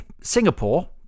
Singapore